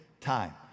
time